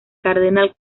cardenal